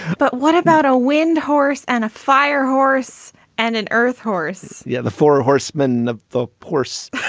but what about a wind horse and a fire horse and an earth horse? yeah. the four horsemen of the horse